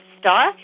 star